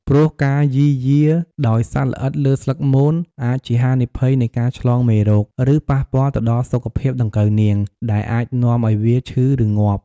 ព្រោះការយីយាដោយសត្វល្អិតលើស្លឹកមន អាចជាហានិភ័យនៃការឆ្លងមេរោគ ឬប៉ះពាល់ទៅដល់សុខភាពដង្កូវនាង ដែលអាចនាំឲ្យវាឈឺឬងាប់។